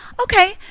Okay